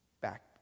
back